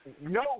No